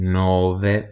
nove